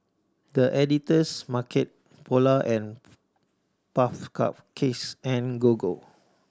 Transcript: The Editor's Market Polar and Puff Cakes and Gogo